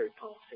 policy